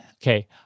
Okay